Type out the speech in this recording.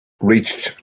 reached